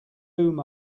whom